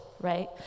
right